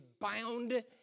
bound